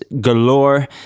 galore